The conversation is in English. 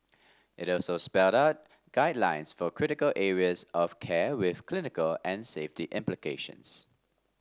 it also spelled out guidelines for critical areas of care with clinical and safety implications